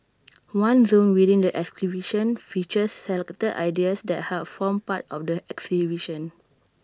one zone within the exhibition features selected ideas that helped form part of the exhibition